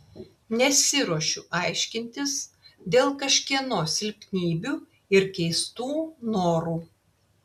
nesiruošiu aiškintis dėl kažkieno silpnybių ir keistų norų